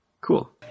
cool